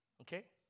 okay